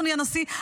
אדוני הנשיא,